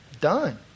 Done